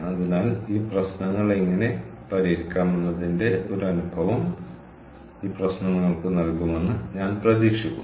അതിനാൽ ഈ പ്രശ്നങ്ങൾ എങ്ങനെ പരിഹരിക്കാമെന്നതിന്റെ ഒരു അനുഭവം ഈ പ്രശ്നം നിങ്ങൾക്ക് നൽകുമെന്ന് ഞാൻ പ്രതീക്ഷിക്കുന്നു